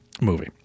movie